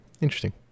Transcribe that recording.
interesting